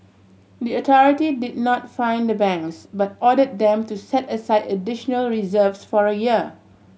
the authority did not fine the banks but order them to set aside additional reserves for a year